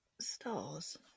Stars